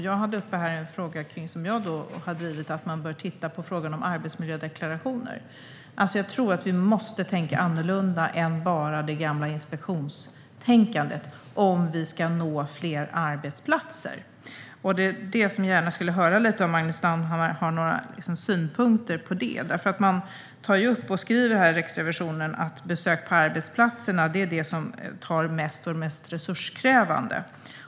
Jag hade en fråga uppe som jag har drivit om att man bör titta på frågan om arbetsmiljödeklarationer. Jag tror att vi måste tänka annorlunda och inte bara ha det gamla inspektionstänkandet om vi ska nå fler arbetsplatser. Jag skulle gärna höra om Magnus Manhammar har några synpunkter på det. Riksrevisionen skriver att besök på arbetsplatserna är det som är mest resurskrävande.